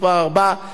קריאה שלישית.